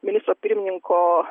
ministro pirmininko